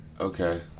Okay